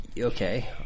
Okay